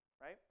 right